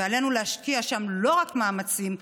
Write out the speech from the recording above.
ועלינו להשקיע שם לא רק מאמצים,